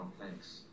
thanks